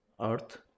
earth